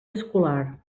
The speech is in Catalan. escolar